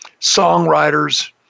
songwriters